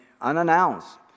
unannounced